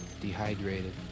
dehydrated